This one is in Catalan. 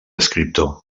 escriptor